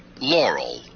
Laurel